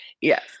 Yes